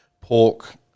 pork